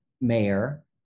mayor